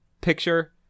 picture